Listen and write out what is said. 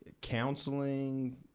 counseling